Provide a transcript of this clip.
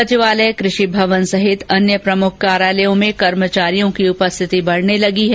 सचिवालय कृषि भवन सहित अन्य प्रमुख कार्यालयों में कर्मचारियों की उपस्थिति बढने लगी है